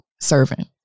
servant